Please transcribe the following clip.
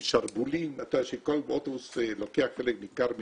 עם שרוולים, כל אוטובוס לוקח חלק ניכר מהרחוב,